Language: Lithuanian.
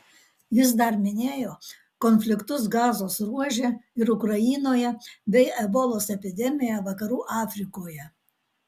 jis dar minėjo konfliktus gazos ruože ir ukrainoje bei ebolos epidemiją vakarų afrikoje